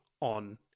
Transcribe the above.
on